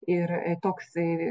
ir toks